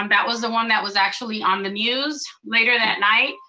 um that was the one that was actually on the news later that night.